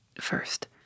First